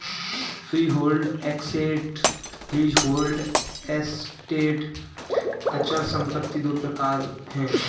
freehold assets, leasehold assets अचल संपत्ति दो प्रकार है